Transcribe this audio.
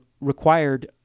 required